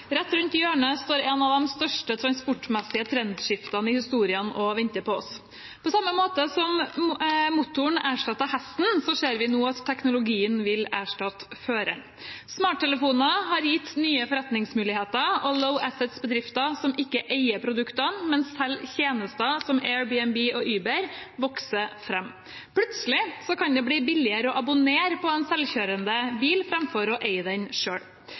Rett rundt hjørnet står et av de største transportmessige trendskiftene i historien og venter på oss. På samme måte som motoren erstattet hesten, ser vi nå at teknologien vil erstatte føreren. Smarttelefoner har gitt nye forretningsmuligheter, og «Low Assets»-bedrifter som ikke eier produktene, men selger tjenester som AirBnB og Uber, vokser fram. Plutselig kan det bli billigere å abonnere på en selvkjørende bil framfor å eie den